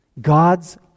God's